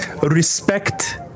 respect